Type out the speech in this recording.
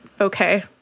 okay